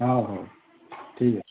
ହଉ ହଉ ଠିକ୍ ଅଛି